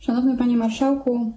Szanowny Panie Marszałku!